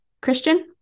Christian